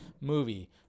movie